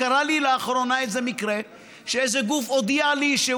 וקרה לי לאחרונה איזה מקרה שאיזה גוף הודיע לי שהוא